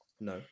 No